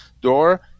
door